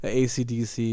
acdc